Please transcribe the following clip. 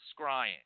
scrying